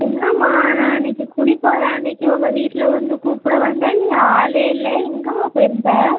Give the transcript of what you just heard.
என்னம்மா நான் அன்னைக்கு குடி போகற அன்னைக்கு உங்கள் வீட்டில் வந்து கூப்பிட வந்தேன் நீ ஆளே இல்லை எங்கம்மா போயிருந்த